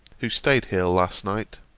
who staid here last night,